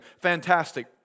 Fantastic